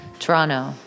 Toronto